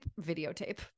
videotape